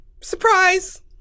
Surprise